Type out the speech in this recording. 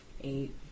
Eight